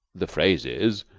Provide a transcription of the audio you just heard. the phrases,